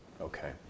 okay